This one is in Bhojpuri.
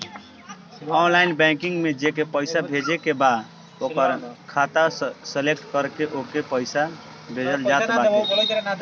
ऑनलाइन बैंकिंग में जेके पईसा भेजे के बा ओकर खाता सलेक्ट करके ओके पईसा भेजल जात बाटे